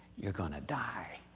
you're going to die.